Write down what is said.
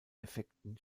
effekten